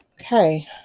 Okay